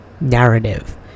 narrative